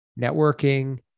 networking